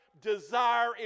desire